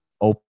open